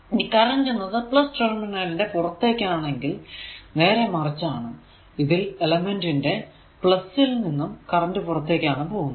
ഇനി കറന്റ് എന്നത് ടെർമിനൽ ന്റെ പുറത്തേക്കാണെങ്കിൽ നേരെ മറിച്ചാണ് ഇതിൽ എലെമെന്റിന്റെ ൽ നിന്നും കറന്റ് പുറത്തേക്കാണ് പോകുന്നത്